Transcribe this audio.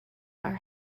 are